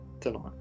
tonight